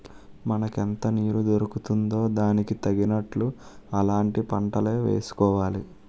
మనకెంత నీరు దొరుకుతుందో దానికి తగినట్లు అలాంటి పంటలే వేసుకోవాలి